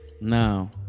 Now